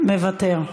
מוותר.